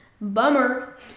bummer